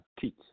teach